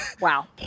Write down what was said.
Wow